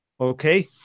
okay